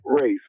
race